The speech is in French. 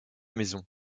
maison